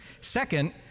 Second